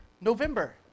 November